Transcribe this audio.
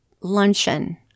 luncheon